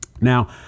Now